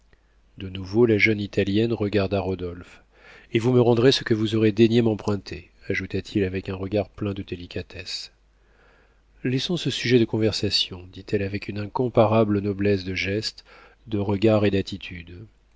de nouveau la jeune italienne regarda rodolphe et vous me rendrez ce que vous aurez daigné m'emprunter ajouta-t-il avec un regard plein de délicatesse laissons ce sujet de conversation dit-elle avec une incomparable noblesse de geste de regard et d'attitude